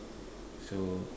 so